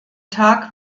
tag